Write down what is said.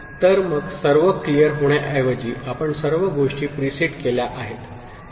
तर मग सर्व क्लियर होण्याऐवजी आपण सर्व गोष्टी प्रीसेट केल्या आहेत